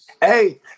Hey